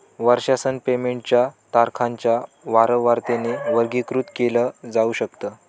वर्षासन पेमेंट च्या तारखांच्या वारंवारतेने वर्गीकृत केल जाऊ शकत